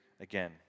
again